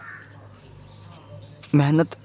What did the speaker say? मैहनत